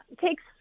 takes